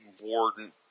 warden